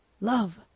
love